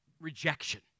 rejection